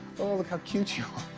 oh, look how cute you